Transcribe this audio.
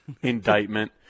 indictment